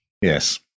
Yes